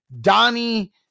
Donnie